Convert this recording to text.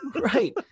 Right